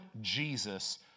Jesus